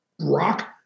rock